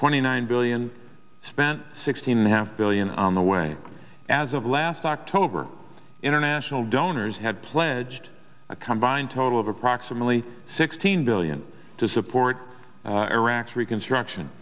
twenty nine billion spent sixteen have billion on the way as of last october international donors have pledged a combined total of approximately sixteen billion to support iraq's reconstruction